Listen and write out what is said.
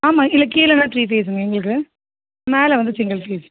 ஆமாம் இல்லை கீழேதான் த்ரீ ஃபீஸுங்க எங்களுக்கு மேலே வந்து சிங்கிள் ஃபீஸ்